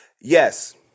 Yes